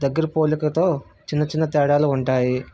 దగ్గరి పోలికతో చిన్న చిన్న తేడాలు ఉంటాయి